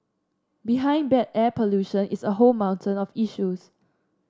behind bad air pollution is a whole mountain of issues